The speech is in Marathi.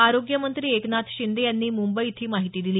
आरोग्य मंत्री एकनाथ शिंदे यांनी मुंबईत ही माहिती दिली